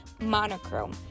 Monochrome